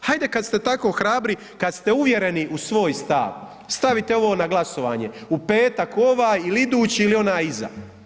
Hajde kad ste tako hrabri, kad ste uvjereni u svoj stav, stavite ovo na glasovanje u petak, ovaj ili idući ili onaj iza.